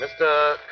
Mr